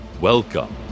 Welcome